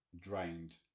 drained